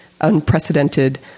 Unprecedented